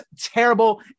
terrible